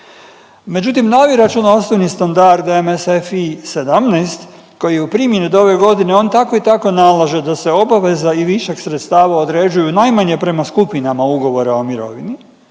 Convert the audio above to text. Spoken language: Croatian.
Međutim, najračunalstveni standard MSFI 17 koji je u primjeni od ove godine on tako i tako nalaže da se obaveza i višak sredstava određuju najmanje prema skupinama ugovora o mirovini